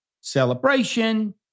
celebration